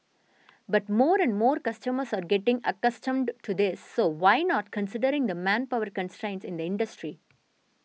but more and more customers are getting accustomed to this so why not considering the manpower constraints in the industry